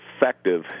effective